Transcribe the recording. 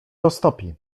roztopi